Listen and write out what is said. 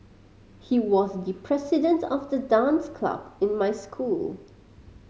he was the president of the dance club in my school